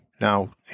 now